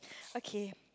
okay